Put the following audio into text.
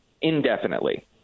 indefinitely